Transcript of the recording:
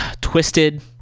twisted